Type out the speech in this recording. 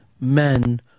men